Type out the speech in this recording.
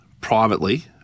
privately